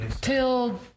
Till